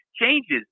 changes